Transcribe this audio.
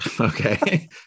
Okay